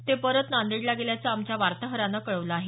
ते परत नांदेडला गेल्याचं आमच्या वार्ताहरानं कळवलं आहे